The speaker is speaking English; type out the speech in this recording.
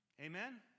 Amen